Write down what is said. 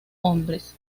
hombres